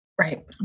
Right